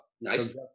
nice